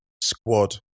squad